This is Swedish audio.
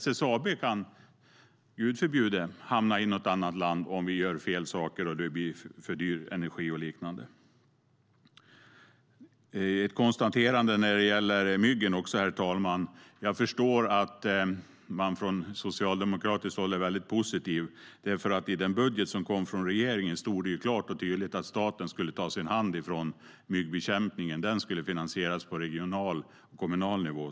SSAB kan - Gud förbjude - hamna i något annat land om vi gör fel saker, energin blir för dyr och så vidare. Låt mig göra ett konstaterande om myggen, herr talman. Jag förstår att man från socialdemokratiskt håll är positiv. I den budget som kom från regeringen stod det klart och tydligt att staten ska ta sin hand från myggbekämpningen och att den ska finansieras på regional och kommunal nivå.